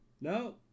no